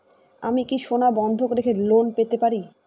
আমি কি সোনা বন্ধক রেখে লোন পেতে পারি?